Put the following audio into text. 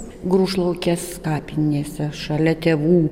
grūšlaukės kapinėse šalia tėvų